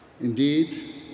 Indeed